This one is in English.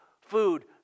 food